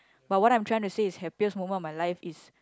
but what I'm trying to say is happiest moment of my life is